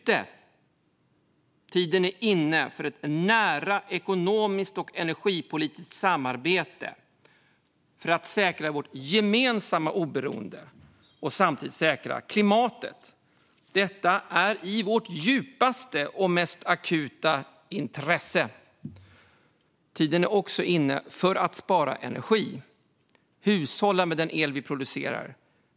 Tiden är inne för ett nära ekonomiskt och energipolitiskt samarbete för att säkra vårt gemensamma oberoende och samtidigt säkra klimatet. Detta är i vårt djupaste och mest akuta intresse. Tiden är också inne för att spara energi och hushålla med den el vi producerar.